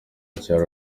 nshya